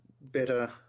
better